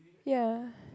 ya